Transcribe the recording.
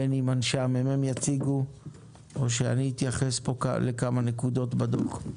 בין אם אנשי ה-ממ"מ יציגו או שאני אתייחס לכמה נקודות בגדול.